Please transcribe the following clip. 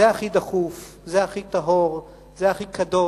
זה הכי דחוף, זה הכי טהור, זה הכי קדוש.